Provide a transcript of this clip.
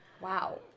Wow